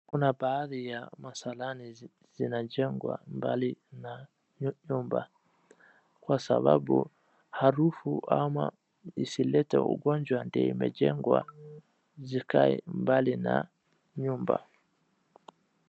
Kuna baadhi ya masalani zinajengwa mbali na nyumba, kwa sababu harufu ama isilete ugonjwa ndio imejengwa zikae mbali na nyumba.